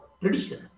tradition